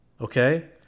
okay